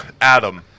Adam